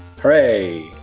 Hooray